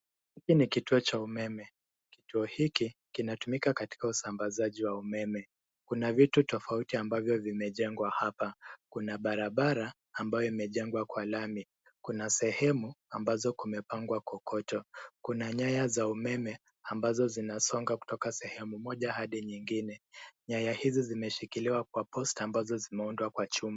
Hiki ni kituo cha umeme. kituo hiki kinatumika katika usambazaji wa umeme. Kuna vitu tofauti ambazo zimejegwa hapa kuna barabra ambayo imjjegwa kwa lami, kuna sehemu ambazo zimepagwa kokoto kuna nyaya za umeme ambazo zinasonga kutoka sehemu moja hadi nyengine .Nyaya hizi zimeshikiliwa kwa posti ambazo zimudwa kwa chuma.